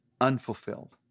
unfulfilled